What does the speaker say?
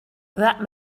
that